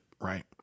Right